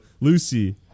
Lucy